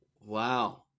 Wow